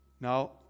Now